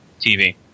TV